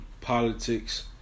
politics